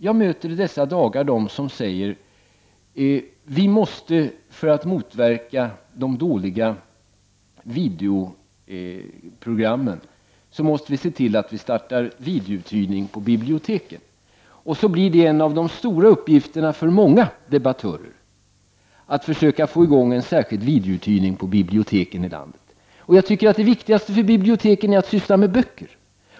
Jag möter i dessa dagar dem som säger att vi måste för att motverka utbudet av dåliga videoprogram starta videouthyrning på bibliotek. Då blir en av de stora uppgifterna för många debattörer att försöka få i gång en särskild videouthyrning på biblioteken i landet. Jag tycker att det viktigaste för biblioteken är att syssla med böcker.